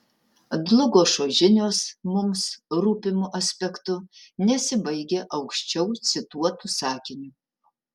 dlugošo žinios mums rūpimu aspektu nesibaigia aukščiau cituotu sakiniu